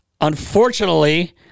unfortunately